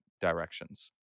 directions